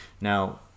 Now